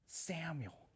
Samuel